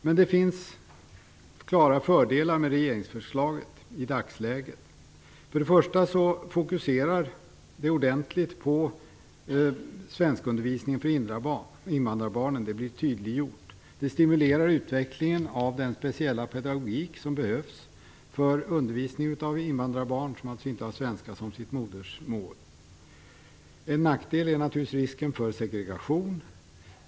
Men det finns i dagsläget klara fördelar med regeringsförslaget. För det första fokuserar det ordentligt på svenskundervisningen för invandrarbarnen, och det blir tydliggjort. Det stimulerar utvecklingen av den speciella pedagogik som behövs för undervisning av invandrarbarn som inte har svenska som sitt modersmål. En nackdel är naturligtvis risken för segregation.